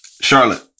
Charlotte